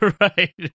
Right